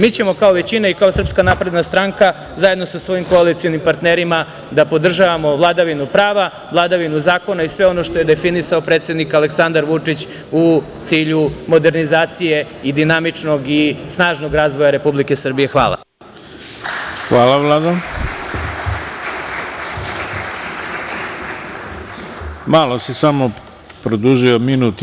Mi ćemo kao većina i kao SNS, zajedno sa svojim koalicionom partnerima da podržavamo vladavinu prava, vladavinu zakona i sve ono što je definisao predsednik Aleksandar Vučić u cilju modernizacije i dinamičnog i snažnog razvoja Republike Srbije.